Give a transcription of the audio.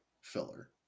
filler